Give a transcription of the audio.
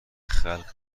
خلق